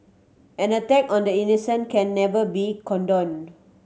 an attack on the innocent can never be condoned